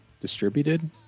distributed